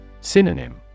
Synonym